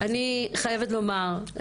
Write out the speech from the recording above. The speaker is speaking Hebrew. אני חייבת לומר,